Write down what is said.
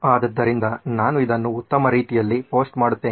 ಆದ್ದರಿಂದ ನಾನು ಇದನ್ನು ಉತ್ತಮ ರೀತಿಯಲ್ಲಿ ಪೋಸ್ಟ್ ಮಾಡುತ್ತೇನೆ